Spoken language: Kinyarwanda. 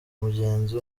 mugenzi